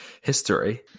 history